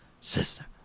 sister